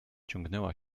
ciągnęła